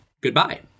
Goodbye